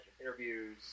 interviews